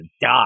die